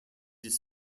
his